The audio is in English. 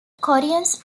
koreans